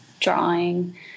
drawing